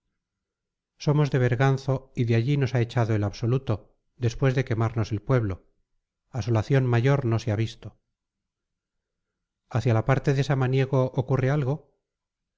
somos de berganzo y de allí nos ha echado el asoluto después de quemarnos el pueblo asolación mayor no se ha visto hacia la parte de samaniego ocurre algo